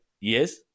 yes